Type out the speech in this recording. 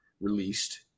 released